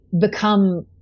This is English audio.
become